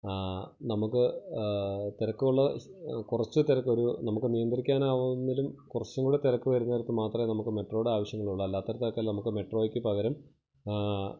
നമുക്ക് തിരക്കുള്ള കുറച്ച് തിരക്ക് ഒരു നമുക്ക് നിയന്ത്രിക്കാനാവുന്നതിലും കുറച്ച് കൂടെ തിരക്ക് വരുന്നയിടത്ത് മാത്രമേ നമുക്ക് മെട്രോയുടെ ആവശ്യങ്ങള് ഉള്ളു അല്ലാത്ത ഇടത്തൊക്കെ നമുക്ക് മെട്രോയ്ക്ക് പകരം